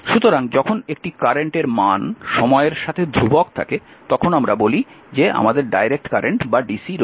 সুতরাং যখন একটি কারেন্ট এর মান সময়ের সাথে ধ্রুবক থাকে তখন আমরা বলি যে আমাদের ডাইরেক্ট কারেন্ট বা ডিসি রয়েছে